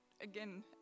again